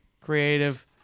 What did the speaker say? Creative